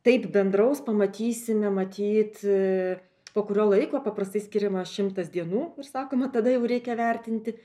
taip bendraus pamatysime matyt po kurio laiko paprastai skiriama šimtas dienų ir sakoma tada jau reikia vertinti